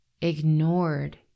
ignored